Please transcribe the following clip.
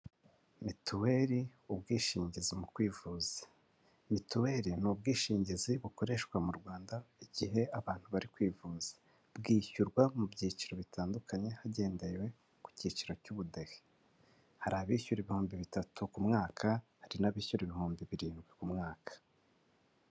Mituweli ubwishingizi mu kwivuza, mituweli ni ubwishingizi bukoreshwa mu Rwanda igihe abantu bari kwivuza, bwishyurwa mu byiciro bitandukanye hagendewe ku cyiciro cy'ubudehe, hari abishyura ibihumbi bitatu ku mwaka hari n'abishyura ibihumbi birindwi ku mwaka.